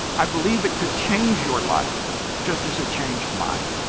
i believe it could change your life just as it changed mine.